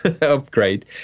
upgrade